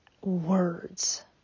words